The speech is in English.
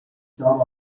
job